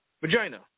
vagina